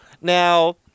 Now